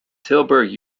tilburg